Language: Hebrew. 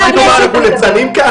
תגידו, מה, אנחנו ליצנים כאן?